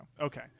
okay